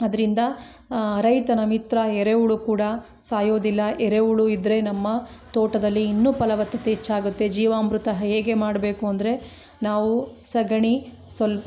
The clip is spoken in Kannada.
ಅದ್ರಿಂದ ರೈತನ ಮಿತ್ರ ಎರೆಹುಳು ಕೂಡ ಸಾಯೋದಿಲ್ಲ ಎರೆಹುಳು ಇದ್ರೆ ನಮ್ಮ ತೋಟದಲ್ಲಿ ಇನ್ನು ಫಲವತ್ತತೆ ಹೆಚ್ಚಾಗುತ್ತೆ ಜೀವಾಮೃತ ಹೇಗೆ ಮಾಡಬೇಕು ಅಂದರೆ ನಾವು ಸಗಣಿ ಸ್ವಲ್ಪ್